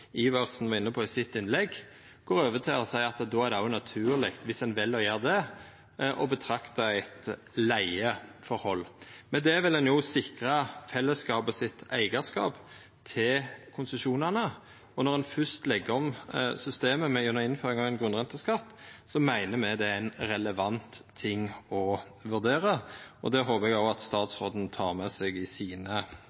Iversen var inne på i sitt innlegg, går over til å seia at då er det òg naturleg, viss ein vel å gjera det, å betrakta det som eit leigeforhold. Med det vil ein òg sikra fellesskapet sitt eigarskap til konsesjonane. Når ein først legg om systemet med innføring av ein grunnrenteskatt, meiner me det er ein relevant ting å vurdera, og det håper eg òg at